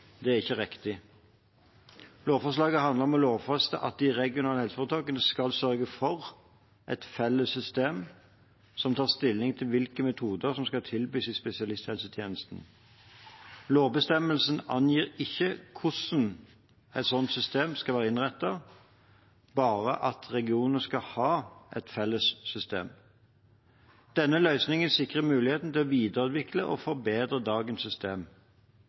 Det er ikke riktig. Lovforslaget handler om å lovfeste at de regionale helseforetakene skal sørge for et felles system som tar stilling til hvilke metoder som skal tilbys i spesialisthelsetjenesten. Lovbestemmelsen angir ikke hvordan et sånt system skal være innrettet, bare at regionene skal ha et felles system. Denne løsningen sikrer muligheten til å videreutvikle og forbedre dagens system.